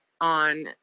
on